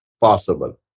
possible